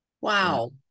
Wow